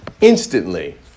Instantly